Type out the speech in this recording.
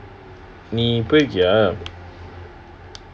நீ போயிருக்கியா:nee poyirukkiyaa